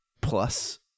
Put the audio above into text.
plus